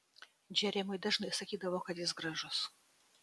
džeremiui dažnai sakydavo kad jis gražus